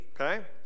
Okay